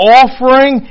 offering